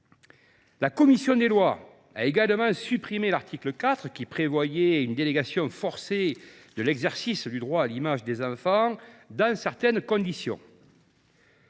La commission des lois a également supprimé l’article 4, qui instaurait une délégation forcée de l’exercice du droit à l’image des enfants, dans certaines conditions.